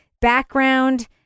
background